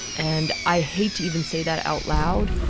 and i hate to even say that out loud.